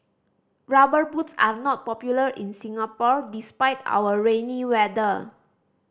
Rubber Boots are not popular in Singapore despite our rainy weather